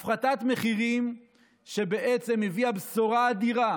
הפחתת מחירים שבעצם הביאה בשורה אדירה